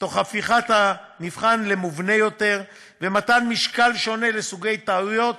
תוך הפיכת המבחן למובנה יותר ומתן משקל שונה לסוגי טעויות